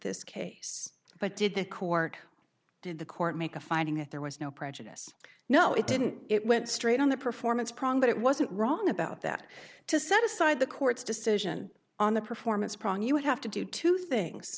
this case but did the court did the court make a finding that there was no prejudice no it didn't it went straight on the performance prong that it wasn't wrong about that to set aside the court's decision on the performance problem you have to do two things